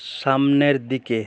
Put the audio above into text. সামনের দিকে